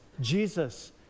jesus